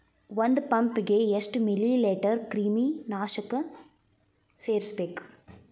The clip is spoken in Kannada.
ಒಂದ್ ಪಂಪ್ ಗೆ ಎಷ್ಟ್ ಮಿಲಿ ಲೇಟರ್ ಕ್ರಿಮಿ ನಾಶಕ ಸೇರಸ್ಬೇಕ್?